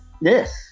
Yes